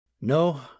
No